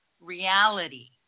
reality